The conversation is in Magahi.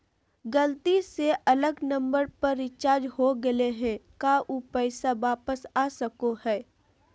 गलती से अलग नंबर पर रिचार्ज हो गेलै है का ऊ पैसा वापस आ सको है?